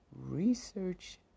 Research